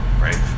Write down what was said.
Right